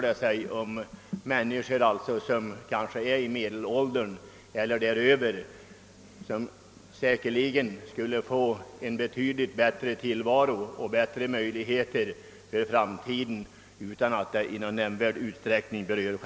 De människor det gäller är kanske i medelåldern eller däröver. De skulle säkerligen kunna få en betyd ligt bättre tillvaro och bättre möjligheter för framtiden utan att självförsörjningsgraden i någon nämnvärd utsträckning behövde beröras.